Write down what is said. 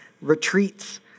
retreats